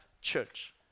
church